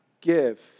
give